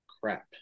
Crap